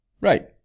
Right